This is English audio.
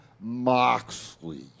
Moxley